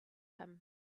him